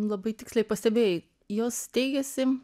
labai tiksliai pastebėjai jos steigiasi